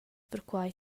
perquai